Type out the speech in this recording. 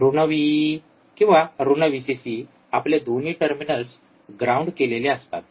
ऋण व्हीइइ किंवा ऋण व्हीसीसी आपले दोन्ही टर्मिनल्स ग्राउंड केलेले असतात